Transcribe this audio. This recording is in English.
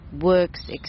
works